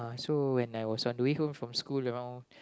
so when I was on the way home from school around